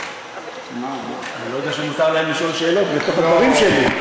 אני לא יודע שמותר להם לשאול שאלות בתוך הדברים שלי,